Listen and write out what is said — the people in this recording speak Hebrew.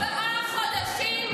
ארבעה חודשים לדיון שליש.